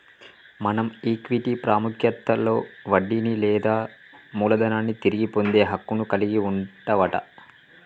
మనం ఈక్విటీ పాముఖ్యతలో వడ్డీని లేదా మూలదనాన్ని తిరిగి పొందే హక్కును కలిగి వుంటవట